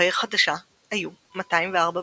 בעיר החדשה היו 204 בתים,